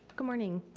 good morning,